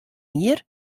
ier